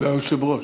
והיושב-ראש.